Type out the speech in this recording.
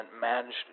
managed